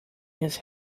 his